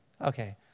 Okay